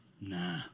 Nah